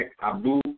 Abu